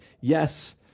yes